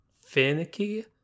finicky